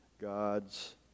God's